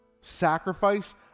sacrifice